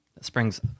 Springs